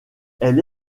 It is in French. elle